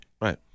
Right